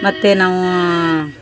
ಮತ್ತೆ ನಾವು